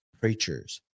preachers